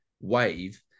wave